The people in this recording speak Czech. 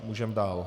Můžeme dál.